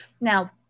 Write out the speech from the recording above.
Now